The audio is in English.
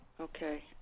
Okay